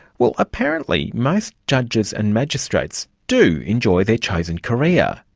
well, apparently most judges and magistrates do enjoy their chosen career,